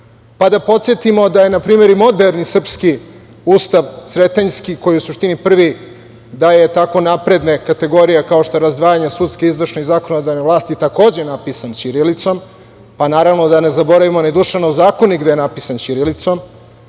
pa da podsetimo da je, na primer, i moderni srpski ustav, Sretenjski, koji u suštini prvi daje tako napredne kategorije kao što je razdvajanje sudske, izvršne i zakonodavne vlasti, takođe napisan ćirilicom. Naravno, da ne zaboravimo ni Dušanov zakonik, koji je takođe napisan ćirilicom,